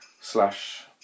slash